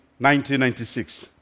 1996